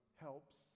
helps